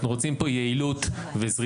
אנחנו רוצים פה יעילות וזריזות.